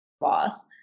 boss